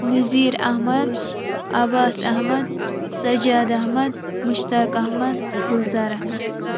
Nazir Ahmad Abbas Ahmad Sajjad Ahmad Mushtaq Ahmad Gulzar Ahmad